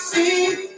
see